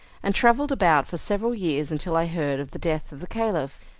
and travelled about for several years until i heard of the death of the caliph,